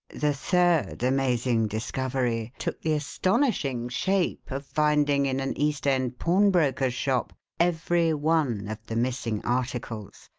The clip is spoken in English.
the third amazing discovery took the astonishing shape of finding in an east end pawnbroker's shop every one of the missing articles,